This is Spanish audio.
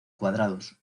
cuadrados